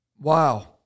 Wow